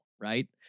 right